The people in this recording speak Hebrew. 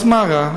אז מה רע?